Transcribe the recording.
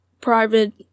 private